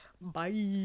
Bye